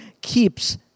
keeps